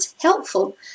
helpful